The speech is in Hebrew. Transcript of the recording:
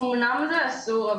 אמנם זה אסור,